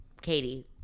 Katie